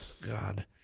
God